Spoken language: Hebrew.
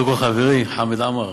קודם כול, חברי חמד עמאר,